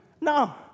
No